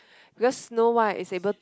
because Snow-White is able